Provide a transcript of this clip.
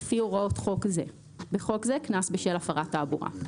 לפי הוראות חוק זה (בחוק זה קנס בשל הפרת תעבורה).